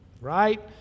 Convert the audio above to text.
right